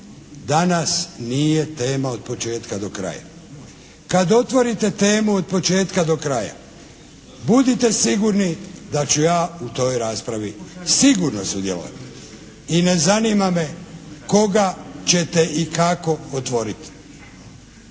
Danas nije tema od početka do kraja. Kad otvorite temu od početka do kraja budite sigurni da ću ja u toj raspravi sigurno sudjelovati i ne zanima me koga ćete i kako otvoriti,